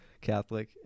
Catholic